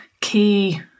key